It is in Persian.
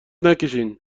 نکشین